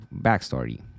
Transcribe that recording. backstory